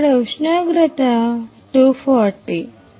ఇక్కడ ఉష్ణోగ్రత 240